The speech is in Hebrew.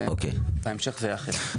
ובהמשך זה ייאכף.